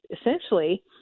essentially